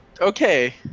Okay